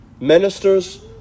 ministers